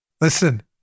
Listen